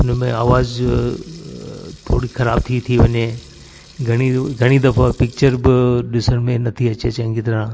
हुन में आवाज़ थोरी ख़राब थी थी वञे घणी घणी दफ़ो पिचर बि ॾिसण में नथी अचे चङी तरह